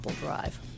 drive